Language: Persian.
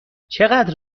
چقدر